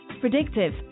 Predictive